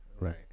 right